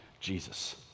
Jesus